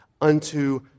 unto